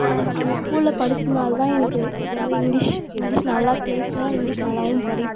அந்த ஸ்கூலில் படித்ததுனால தான் எனக்கு இப்போது வந்து இங்க்லீஷ் இங்க்லீஷ் நல்லா பேசுவேன் இங்க்லீஷ் நல்லாவும் படிப்பேன்